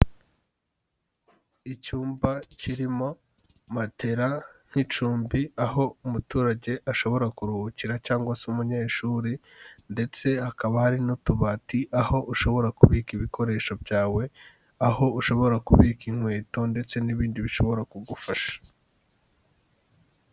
Icyumba kirimo matera nk'icumbi, aho umuturage ashobora kuruhukira cyangwa se umunyeshuri ndetse hakaba hari n'utubati, aho ushobora kubika ibikoresho byawe, aho ushobora kubika inkweto ndetse n'ibindi bishobora kugufasha.